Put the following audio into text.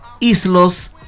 Islos